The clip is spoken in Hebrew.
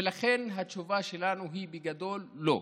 לכן התשובה שלנו בגדול היא לא.